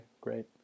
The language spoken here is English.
great